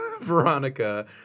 Veronica